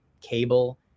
cable